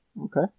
Okay